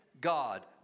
God